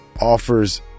offers